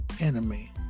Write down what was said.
enemy